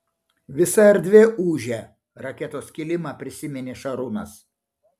visa erdvė ūžia raketos kilimą prisiminė šarūnas